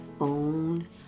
own